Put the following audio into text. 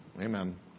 Amen